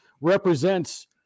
represents